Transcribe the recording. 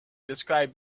described